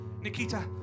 Nikita